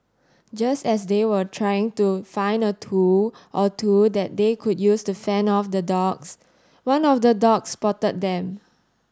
just as they were trying to find a tool or two that they could use to fend off the dogs one of the dogs spotted them